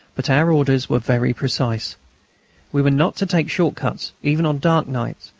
but our orders were very precise we were not to take short cuts even on dark nights,